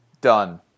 Done